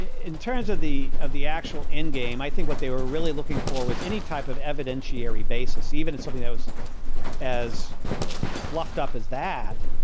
in terms of the of the actual in game, i think what they were really looking for was any type of evidentiary basis, even if something that was as fluffed up as that,